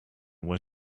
were